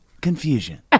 confusion